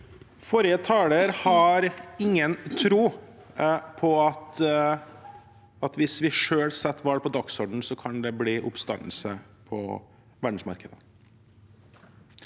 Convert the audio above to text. Forrige taler har ingen tro på at hvis vi selv setter hval på dagsordenen, kan det bli oppstandelse på verdensmarkedet.